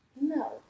no